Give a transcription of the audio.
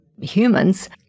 humans